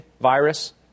virus